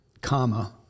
comma